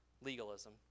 legalism